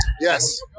Yes